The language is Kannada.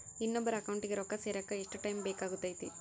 ಇನ್ನೊಬ್ಬರ ಅಕೌಂಟಿಗೆ ರೊಕ್ಕ ಸೇರಕ ಎಷ್ಟು ಟೈಮ್ ಬೇಕಾಗುತೈತಿ?